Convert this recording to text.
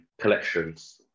collections